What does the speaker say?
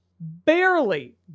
barely